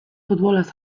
futbolaz